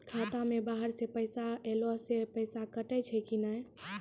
खाता मे बाहर से पैसा ऐलो से पैसा कटै छै कि नै?